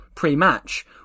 Pre-match